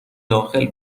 داخل